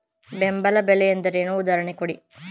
ಬೆಂಬಲ ಬೆಲೆ ಎಂದರೇನು, ಉದಾಹರಣೆ ಕೊಡಿ?